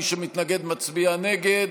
מי שמתנגד מצביע נגד.